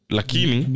Lakini